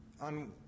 on